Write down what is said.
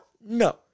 no